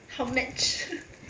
好 match